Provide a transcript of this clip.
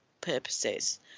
purposes